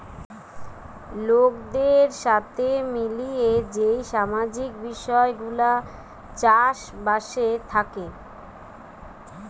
লোকদের সাথে মিলিয়ে যেই সামাজিক বিষয় গুলা চাষ বাসে থাকে